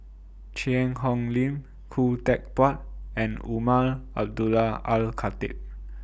Cheang Hong Lim Khoo Teck Puat and Umar Abdullah Al Khatib